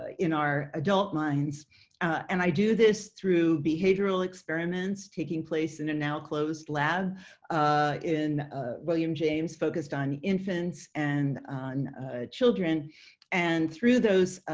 in our adult minds and i do this through behavioral experiments taking place in and now closed lab in william james focused on infants and children and through those